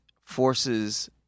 forces